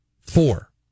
Four